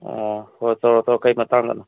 ꯑꯥ ꯍꯣꯏ ꯇꯧꯔꯛꯑꯣ ꯇꯣꯔꯛꯑꯣ ꯀꯔꯤ ꯃꯇꯥꯡꯗꯅꯣ